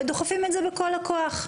ודוחפים את זה בכל הכוח.